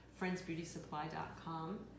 friendsbeautysupply.com